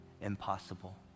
Impossible